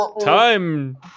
time